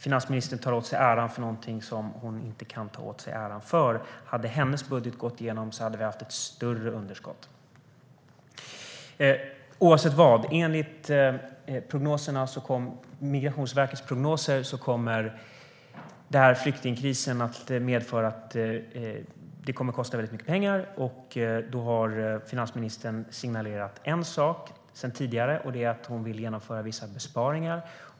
Finansministern tar åt sig äran för något hon inte kan ta åt sig äran för. Om hennes budget hade gått igenom hade vi haft ett större underskott. Enligt Migrationsverkets prognoser kommer flyktingkrisen att kosta mycket pengar. Finansministern har signalerat en sak sedan tidigare, nämligen att hon vill genomföra vissa besparingar.